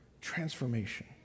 transformation